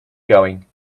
going